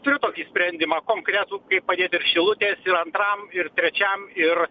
turiu tokį sprendimą konkretų kaip padėti ir šilutės ir antram ir trečiam ir